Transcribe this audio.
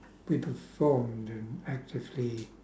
we performed and actively